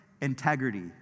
integrity